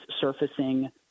surfacing